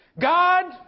God